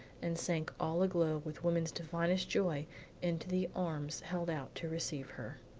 and sank all aglow with woman's divinest joy into the arms held out to receive her.